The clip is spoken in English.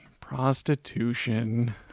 Prostitution